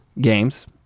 games